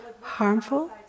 harmful